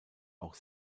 auch